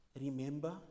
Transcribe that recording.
remember